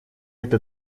эта